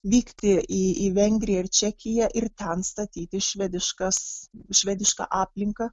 vykti į į vengriją ir čekiją ir ten statyti švediškas švedišką aplinką